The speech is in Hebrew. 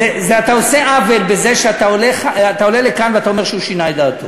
אתה עושה עוול בזה שאתה עולה לכאן ואתה אומר שהוא שינה את דעתו.